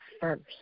first